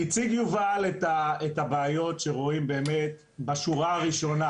הציג יובל את הבעיות שרואים באמת בשורה הראשונה,